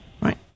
right